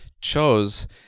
chose